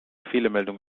fehlermeldung